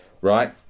right